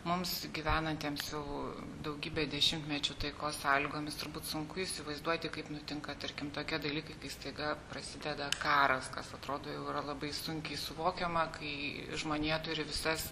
mums gyvenantiems jau daugybę dešimtmečių taikos sąlygomis turbūt sunku įsivaizduoti kaip nutinka tarkim tokie dalykai kai staiga prasideda karas kas atrodo jau yra labai sunkiai suvokiama kai žmonija turi visas